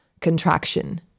contraction